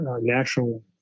national